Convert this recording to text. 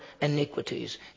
iniquities